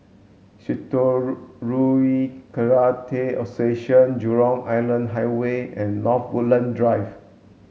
Karate Association Jurong Island Highway and North Woodland Drive